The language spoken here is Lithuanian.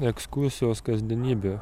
ekskursijos kasdienybė